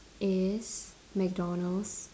is McDonald's